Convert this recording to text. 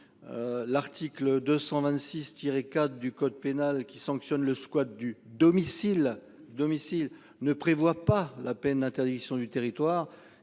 L'article 226 tiré quatre du code pénal qui sanctionne le squat du domicile domicile ne prévoit pas la peine d'interdiction du territoire